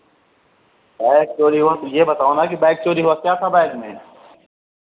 bag चोरी हुआ तो ये बताओ ना कि बैग चोरी हुआ क्या था बैग में